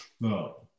No